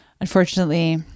unfortunately